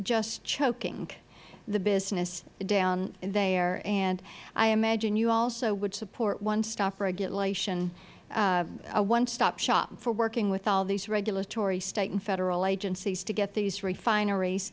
just choking the business down there and i imagine you also would support one stop regulation a one stop shop for working with all these regulatory state and federal agencies to get these refiner